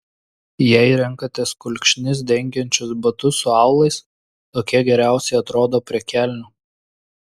jei renkatės kulkšnis dengiančius batus su aulais tokie geriausiai atrodo prie kelnių